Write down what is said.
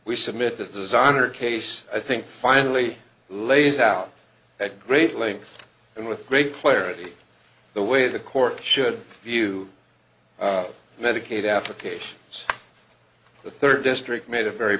we submit that the designer case i think finally lays out at great length and with great clarity the way the court should view medicaid applications the third district made it very